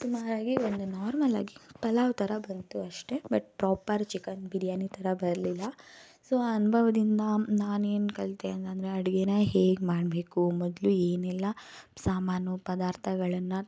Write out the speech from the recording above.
ಸುಮಾರಾಗಿ ಒಂದು ನಾರ್ಮಲಾಗಿ ಪಲಾವು ಥರ ಬಂತು ಅಷ್ಟೇ ಬಟ್ ಪ್ರಾಪರ್ ಚಿಕನ್ ಬಿರಿಯಾನಿ ಥರ ಬರಲಿಲ್ಲ ಸೊ ಅನುಭವ್ದಿಂದ ನಾನೇನು ಕಲಿತೆ ಅನ್ನಂದ್ರೆ ಅಡುಗೆನ ಹೇಗೆ ಮಾಡಬೇಕು ಮೊದಲು ಏನೆಲ್ಲ ಸಾಮಾನು ಪದಾರ್ಥಗಳನ್ನ